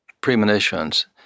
premonitions